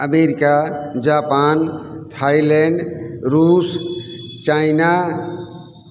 America Japan Thailand Russia China